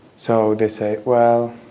so they say, well,